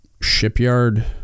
shipyard